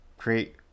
create